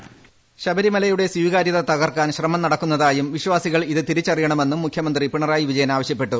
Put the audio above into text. ്ട് voice ശബരിമലയുടെ സ്വീകാരൃത തകർക്കാൻ ശ്രമം നടക്കുന്നതായും വിശ്വാസികൾ ഇത് തിരിച്ചറിയണമെന്നും മുഖ്യമന്ത്രി പിണറായി വിജയൻ ആവശ്യപ്പെട്ടു